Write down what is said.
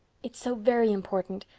it's so very important,